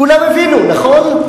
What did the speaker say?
כולם הבינו, נכון?